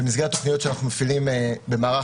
במסגרת תוכניות שאנחנו מפעילים במערך